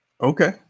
Okay